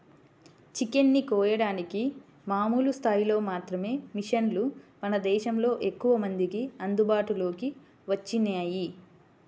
chicken ని కోయడానికి మామూలు స్థాయిలో మాత్రమే మిషన్లు మన దేశంలో ఎక్కువమందికి అందుబాటులోకి వచ్చినియ్యి